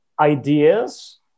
ideas